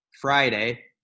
friday